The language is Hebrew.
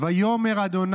"ויאמר ה',